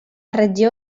regió